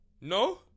No